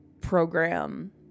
program